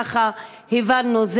כמו שהבנו,